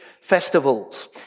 festivals